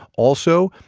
also,